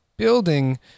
building